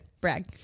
Brag